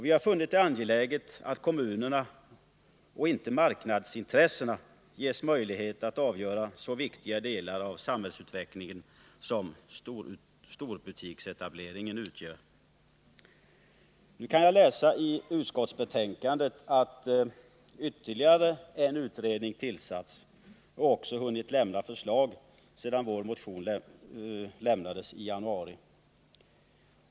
Vi har funnit det angeläget att kommunerna och inte marknadsintressena ges möjlighet att avgöra så viktiga delar av samhällsutvecklingen som storbutiksetableringen utgör. Nu kan jag läsa i utskottsbetänkandet att ytterligare en utredning tillsatts och också hunnit lämna förslag sedan vår motion väcktes i januari.